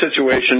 situation